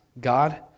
God